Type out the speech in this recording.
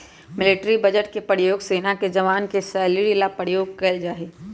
military budget के प्रयोग सेना के जवान के सैलरी ला प्रयोग कइल जाहई